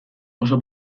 oso